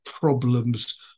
problems